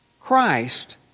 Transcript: Christ